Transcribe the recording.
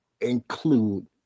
include